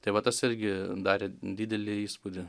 tai vat tas irgi darė didelį įspūdį